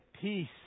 peace